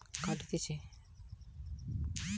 লোকের মাইনের উপর যে টাক্স গুলা কাটতিছে